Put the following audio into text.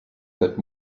that